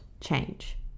change